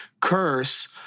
curse